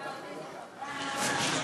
חבר הכנסת שטרן,